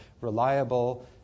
reliable